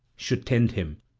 should tend him,